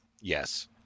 Yes